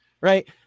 right